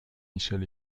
michel